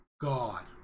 god